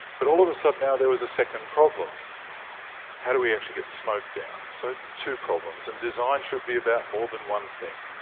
but all of a sudden now there was a second problem how do we actually get the smoke down? so two problems, and design should be about more than one thing.